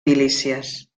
milícies